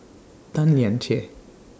Tan Lian Chye